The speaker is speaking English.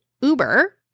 Uber